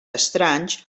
estranys